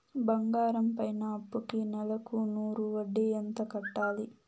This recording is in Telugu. బంగారం పైన అప్పుకి నెలకు నూరు వడ్డీ ఎంత కట్టాలి?